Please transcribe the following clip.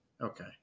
Okay